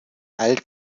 all